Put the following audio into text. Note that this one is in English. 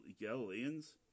galileans